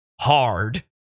hard